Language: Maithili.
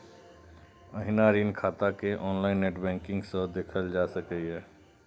एहिना ऋण खाता कें ऑनलाइन नेट बैंकिंग सं देखल जा सकैए